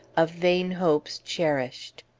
of vain hopes cherished.